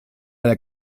der